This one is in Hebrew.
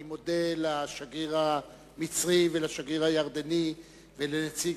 אני מודה לשגריר המצרי ולשגריר הירדני ולנציג